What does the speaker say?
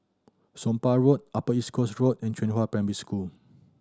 Somapah Road Upper East Coast Road and Qihua Primary School